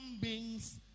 beings